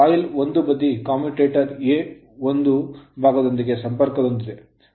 coil coil ಒಂದು ಬದಿ commutator commutator A ಒಂದು ಭಾಗದೊಂದಿಗೆ ಸಂಪರ್ಕ ಹೊಂದಿದೆ ಮತ್ತು A ಆಗಿದೆ